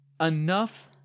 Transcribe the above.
Enough